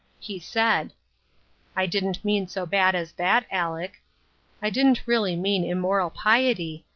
he said i didn't mean so bad as that, aleck i didn't really mean immoral piety,